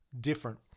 different